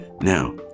now